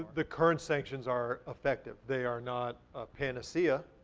the current sanctions are effective. they are not a panacea.